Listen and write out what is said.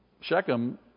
Shechem